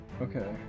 Okay